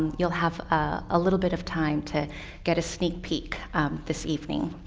you'll have a little bit of time to get a sneak peek this evening.